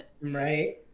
Right